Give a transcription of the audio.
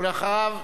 ואחריו,